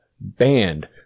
banned